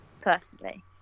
personally